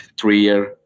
three-year